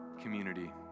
community